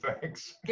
Thanks